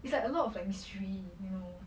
it's like a lot of like mystery you know